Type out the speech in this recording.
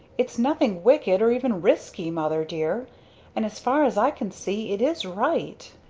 its nothing wicked, or even risky, mother dear and as far as i can see it is right!